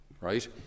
right